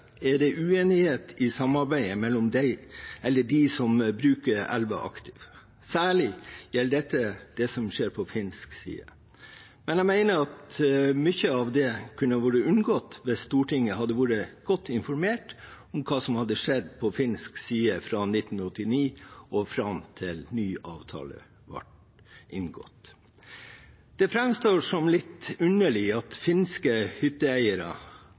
er det uenighet i samarbeidet mellom dem som bruker elva aktivt. Særlig gjelder dette det som skjer på finsk side. Jeg mener at mye av det kunne ha vært unngått hvis Stortinget hadde vært godt informert om hva som har skjedd på finsk side fra 1989, til en ny avtale ble inngått. Det framstår som litt underlig at finske hytteeiere,